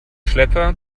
schlepper